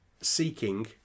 seeking